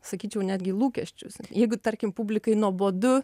sakyčiau netgi lūkesčius jeigu tarkim publikai nuobodu